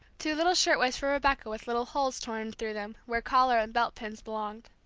two little shirtwaists for rebecca with little holes torn through them where collar and belt pins belonged.